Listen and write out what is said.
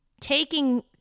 taking